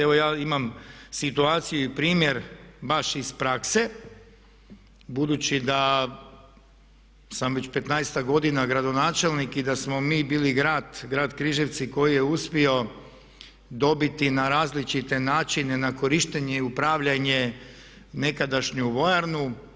Evo ja imam situaciju i primjer baš iz prakse budući da sam već 15-ak godina gradonačelnik i da smo mi bili grad Križevci koji je uspio dobiti na različite načine na korištenje i upravljanje nekadašnju vojarnu.